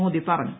മോദി പറഞ്ഞു